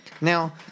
now